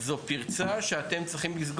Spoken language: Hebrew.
זו בדיוק הנקודה,